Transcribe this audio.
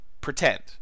pretend